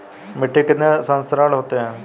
मिट्टी के कितने संस्तर होते हैं?